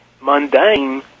mundane